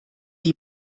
die